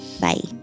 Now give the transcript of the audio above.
Bye